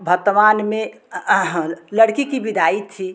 वर्तमान में लड़की की विदाई थी